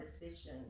decision